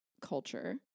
culture